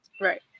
Right